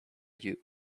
you